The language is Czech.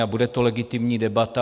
A bude to legitimní debata.